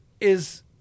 Is-